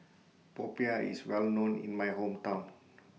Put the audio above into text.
Popiah IS Well known in My Hometown